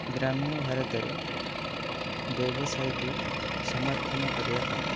ଗ୍ରାମୀଣ ଭାରତରେ ବ୍ୟବସାୟୀକୁ ସମର୍ଥନ କରିବା ପାଇଁ